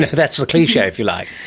that's the cliche, if you like.